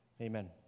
amen